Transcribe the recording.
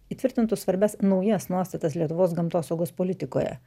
įtvirtintų svarbias naujas nuostatas lietuvos gamtosaugos politikoje